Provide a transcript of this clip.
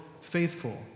faithful